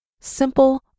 Simple